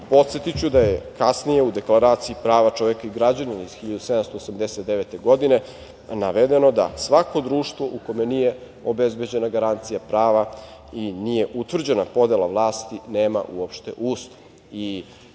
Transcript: Act“.Podsetiću da je kasnije u Deklaraciji prava čoveka i građana iz 1789. godine navedeno da svako društvo u kome nije obezbeđena garancija prava i nije utvrđena podela vlasti, nema uopšte Ustav.